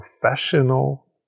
professional